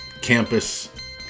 campus